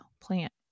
plant